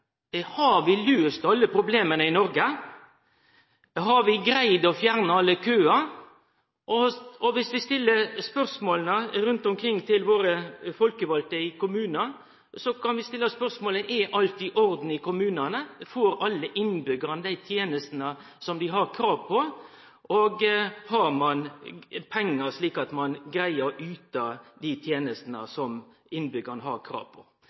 Har vi løyst alle problema i Noreg? Har vi greidd å fjerne alle køar? Og rundt omkring i kommunane kan vi stille spørsmål til dei folkevalde: Er alt i orden i kommunane? Får alle innbyggjarane dei tenestene dei har krav på? Og: Har ein pengar, slik at ein greier å yte dei tenestene som innbyggjarane har krav på?